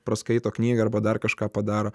paskaito knygą arba dar kažką padaro